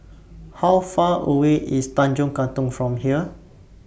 How Far away IS Tanjong Katong from here